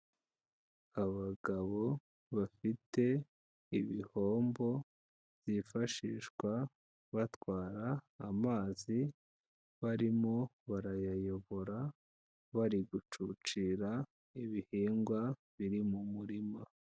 Abagabo bafite ibihombo byifashishwa batwara amazi barimo barayayobora bari gucucira ibihingwa biri mu murima.